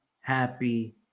happy